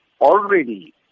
already